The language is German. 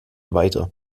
weiter